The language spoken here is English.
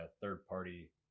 third-party